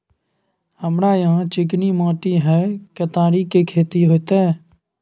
हमरा यहाँ चिकनी माटी हय केतारी के खेती होते?